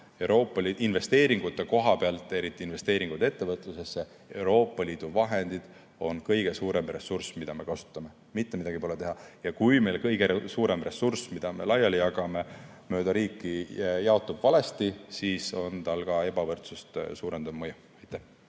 pole teha investeeringute koha pealt, eriti kui on investeeringud ettevõtlusesse, Euroopa Liidu vahendid on kõige suurem ressurss, mida me kasutame. Mitte midagi pole teha. Ja kui meil kõige suurem ressurss, mida me laiali jagame, mööda riiki jaotub valesti, siis on tal ka ebavõrdsust suurendav mõju. Indrek